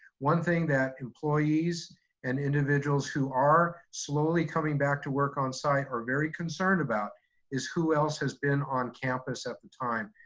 one thing that employees and individuals who are slowly coming back to work on site are very concerned about is who else has been on campus at the time.